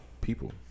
people